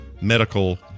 medical